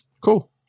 cool